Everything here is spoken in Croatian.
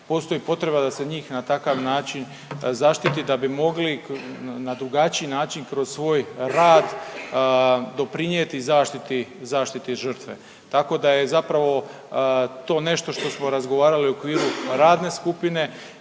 postoji potreba da se njih na takav način zaštiti da bi mogli na drugačiji način kroz svoj rad doprinijeti zaštiti žrtve, tako da je zapravo to nešto što smo razgovarali u okviru radne skupine